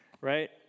right